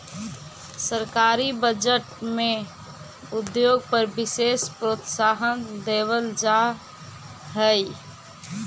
सरकारी बजट में उद्योग पर विशेष प्रोत्साहन देवल जा हई